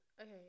Okay